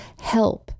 Help